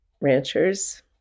ranchers